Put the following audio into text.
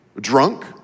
drunk